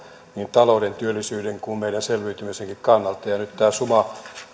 talouden työllisyyden kuin meidän selviytymisemmekin kannalta ja nyt tämä suma